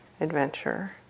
adventure